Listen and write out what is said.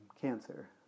cancer